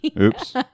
Oops